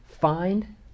find